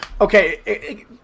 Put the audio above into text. okay –